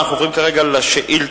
אנחנו עוברים כרגע לשאילתות,